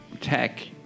tech